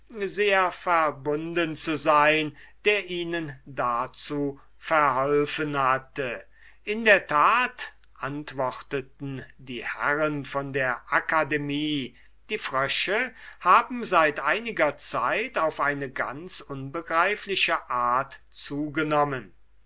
sehr verbunden zu sein der ihnen dazu verholfen hatte in der tat antworteten die herren von der akademie die frösche haben seit einiger zeit auf eine ganz unbegreifliche art zugenommen